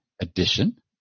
addition